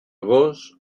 gos